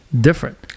different